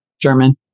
German